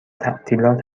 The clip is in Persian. تعطیلات